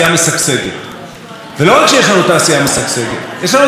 יש לנו תעשייה שעומדת בכל הדברים שלכאורה